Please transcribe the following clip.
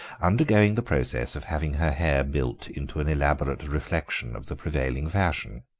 undergoing the process of having her hair built into an elaborate reflection of the prevailing fashion.